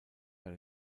bei